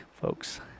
folks